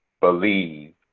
believe